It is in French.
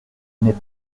n’est